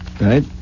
Right